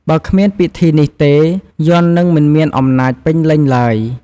បើគ្មានពិធីនេះទេ យ័ន្តនឹងមិនមានអំណាចពេញលេញឡើយ។